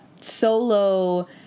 solo